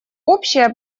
общая